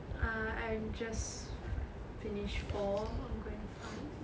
err I'm just finish four going to five